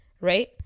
right